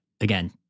again